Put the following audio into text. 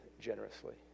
generously